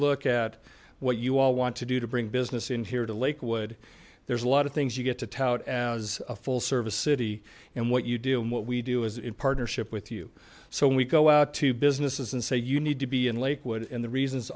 look at what you all want to do to bring business in here to lakewood there's a lot of things you get to tout as a full service city and what you do and what we do is in partnership with you so we go out to businesses and say you need to be in lakewood in the reasons